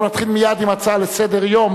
אנחנו נתחיל מייד עם הצעה לסדר-יום,